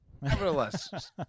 nevertheless